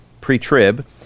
Pre-Trib